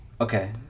Okay